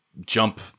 jump